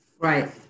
Right